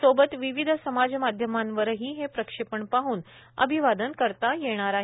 सोबत विविध समाजमाध्यमांवरही हे प्रक्षेपण पाहन अभिवादन करता येणार आहे